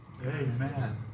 Amen